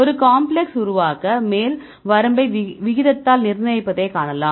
ஒரு காம்ப்ளக்ஸ் உருவாக்க மேல் வரம்பை விகிதத்தால் நிர்ணயிப்பதை காணலாம்